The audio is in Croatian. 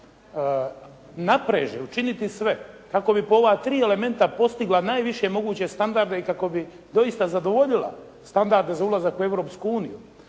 napreže učiniti sve kako bi po ova tri elementa postigla najviše moguće standarde i kako bi doista zadovoljila standarde za ulazak u